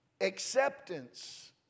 acceptance